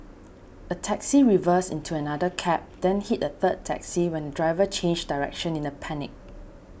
a taxi reversed into another cab then hit a third taxi when the driver changed direction in a panic